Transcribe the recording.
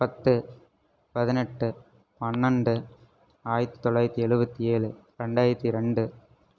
பத்து பதினெட்டு பன்னெரெண்டு ஆயிரத்தி தொள்ளாயிரத்தி எழுபத்தி ஏழு ரெண்டாயிரத்தி ரெண்டு